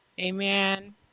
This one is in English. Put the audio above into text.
Amen